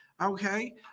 Okay